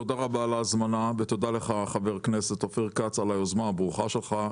תודה רבה על ההזמנה ותודה לך חבר הכנסת אופיר כץ על היוזמה הברוכה שלך.